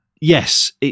yes